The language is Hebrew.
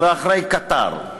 ואחרי קטאר.